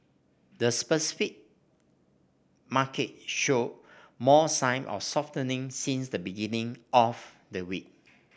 this Pacific market showed more sign of softening since the beginning of the week